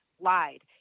lied